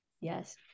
Yes